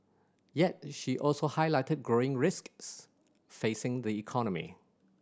yet she also highlighted growing risks facing the economy